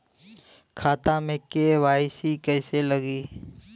खाता में के.वाइ.सी कइसे लगी?